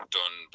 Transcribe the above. done